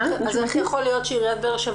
אז איך יכול להיות שעיריית באר-שבע